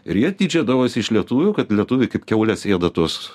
ir jie tyčiodavosi iš lietuvių kad lietuviai kaip kiaulės ėda tuos